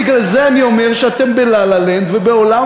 ובגלל זה אני אומר שאתם ב"לה-לה-לנד" ובעולם